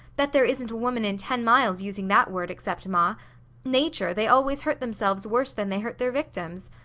bet there isn't a woman in ten miles using that word except ma nature they always hurt themselves worse than they hurt their victims.